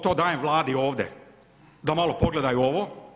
To dajem Vladi ovdje, da malo pogledaju ovo.